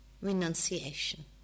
renunciation